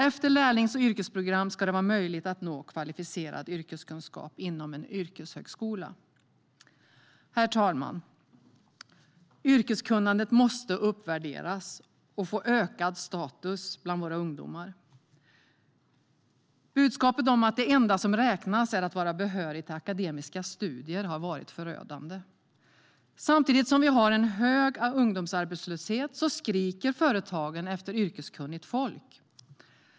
Efter lärlings och yrkesprogram ska det vara möjligt att nå kvalificerad yrkeskunskap inom en yrkeshögskola. Herr talman! Yrkeskunnandet måste uppvärderas och få ökad status bland våra ungdomar. Budskapet om att det enda som räknas är att vara behörig till akademiska studier har varit förödande. Samtidigt som det finns en hög ungdomsarbetslöshet skriker företagen efter yrkeskunnigt folk.